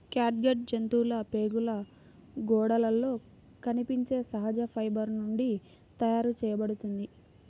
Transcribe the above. catgut జంతువుల ప్రేగుల గోడలలో కనిపించే సహజ ఫైబర్ నుండి తయారు చేయబడుతుంది